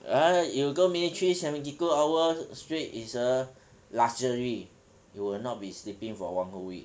ah you go military seventy two hours straight is a luxury you will not be sleeping for one whole week